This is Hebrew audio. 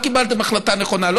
לא קיבלתם החלטה נכונה,